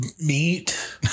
meat